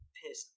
piss